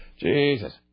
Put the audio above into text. Jesus